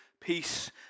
peace